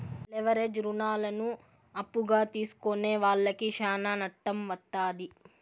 leverage రుణాలను అప్పుగా తీసుకునే వాళ్లకి శ్యానా నట్టం వత్తాది